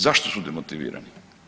Zašto su demotivirani?